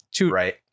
right